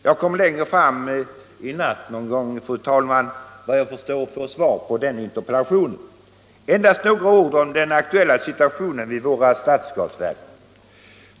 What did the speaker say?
Jag kommer längre fram — i natt någon gång vad jag förstår, fru talman — att få svar på den interpellationen. Endast några ord om den aktuella situationen i våra stadsgasverk.